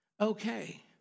okay